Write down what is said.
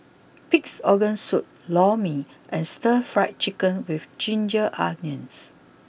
Pig's Organ Soup Lor Mee and Stir Fry Chicken with Ginger Onions